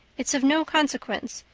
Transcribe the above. it's of no consequence.